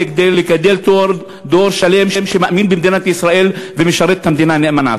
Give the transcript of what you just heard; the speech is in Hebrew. כדי לגדל דור שלם שמאמין במדינת ישראל ומשרת את המדינה נאמנה.